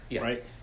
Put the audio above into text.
right